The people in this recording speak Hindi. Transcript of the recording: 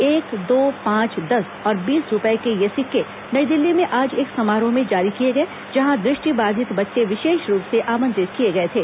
एक दो पांच दस और बीस रूपये के ये सिक्के नई दिल्ली में आज एक समारोह में जारी किए गए जहां दृष्टिबाधित बच्चे विशेष रूप से आमंत्रित किए गए थे